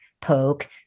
poke